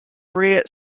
bred